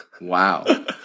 Wow